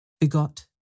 begot